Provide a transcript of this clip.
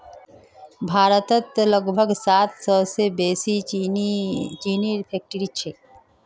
भारतत लगभग सात सौ से बेसि चीनीर फैक्ट्रि छे